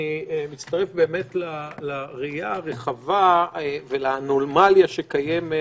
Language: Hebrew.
אני מצטרף לראייה הרחבה ולאנומליה שקיימת,